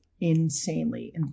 insanely